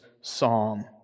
psalm